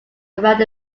around